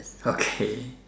okay